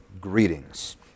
greetings